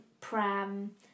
pram